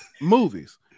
movies